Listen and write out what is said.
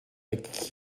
like